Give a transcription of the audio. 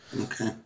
Okay